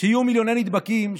כשיהיו מיליוני נדבקים,